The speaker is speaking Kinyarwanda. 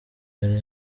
hari